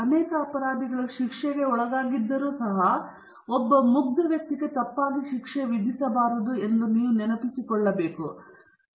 ಅನೇಕ ಅಪರಾಧಿಗಳು ಶಿಕ್ಷೆಗೆ ಒಳಗಾಗಿದ್ದರೂ ಸಹ ಒಬ್ಬ ಮುಗ್ಧ ವ್ಯಕ್ತಿಗೆ ತಪ್ಪಾಗಿ ಶಿಕ್ಷೆ ವಿಧಿಸಬಾರದು ಎಂದು ನೀವು ನೆನಪಿಸಿಕೊಳ್ಳಬಹುದು